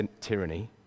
tyranny